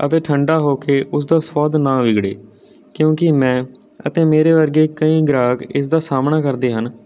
ਅਤੇ ਠੰਡਾ ਹੋ ਕੇ ਉਸਦਾ ਸੁਆਦ ਨਾ ਵਿਗੜੇ ਕਿਉਂਕਿ ਮੈਂ ਅਤੇ ਮੇਰੇ ਵਰਗੇ ਕਈ ਗ੍ਰਾਹਕ ਇਸਦਾ ਸਾਹਮਣਾ ਕਰਦੇ ਹਨ